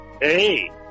Hey